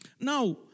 Now